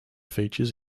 features